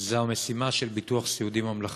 זו המשימה של ביטוח סיעודי ממלכתי.